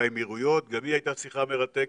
באמירויות, גם היא הייתה שיחה מרתקת.